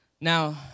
Now